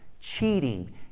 Cheating